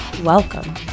Welcome